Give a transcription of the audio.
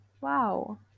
Wow